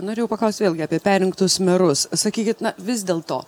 norėjau paklaust vėlgi apie perrinktus merus sakykit na vis dėlto